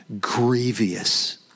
grievous